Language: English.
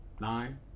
Nine